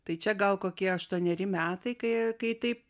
tai čia gal kokie aštuoneri metai kai kai taip